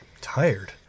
Tired